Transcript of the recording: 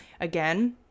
Again